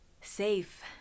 safe